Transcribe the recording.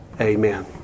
Amen